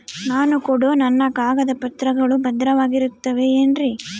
ನಾನು ಕೊಡೋ ನನ್ನ ಕಾಗದ ಪತ್ರಗಳು ಭದ್ರವಾಗಿರುತ್ತವೆ ಏನ್ರಿ?